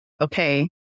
okay